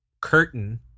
curtain